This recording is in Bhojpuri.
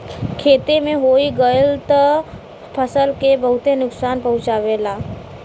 खेते में होई गयल त फसल के बहुते नुकसान पहुंचावेला